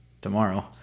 tomorrow